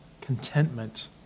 Contentment